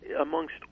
amongst